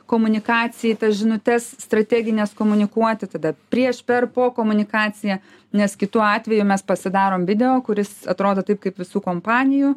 komunikacijai tas žinutes strategines komunikuoti tada prieš per po komunikacija nes kitu atveju mes pasidarom video kuris atrodo taip kaip visų kompanijų